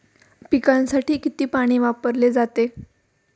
पिकांसाठी किती पाणी वापरले जाते?